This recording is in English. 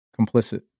complicit